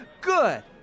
Good